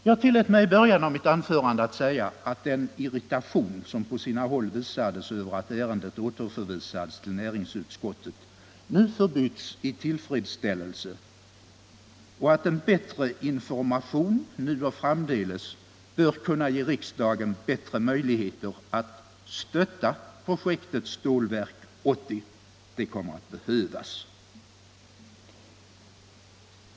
Jag tillät mig i början av mitt anförande att säga att den irritation som på sina håll visades över att ärendet återförvisades till näringsutskottet nu har förbytts i tillfredsställelse och att en bättre information nu och framdeles bör kunna ge riksdagen bättre möjligheter att stötta projektet Stålverk 80. Det kommer att behövas.